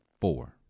Four